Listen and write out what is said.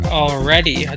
already